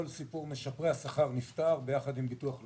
כל סיפור משפרי השכר נפתר ביחד עם ביטוח לאומי.